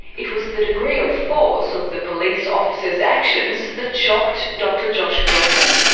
it was the degree of force of the police officers' actions that shocked dr josh wilson.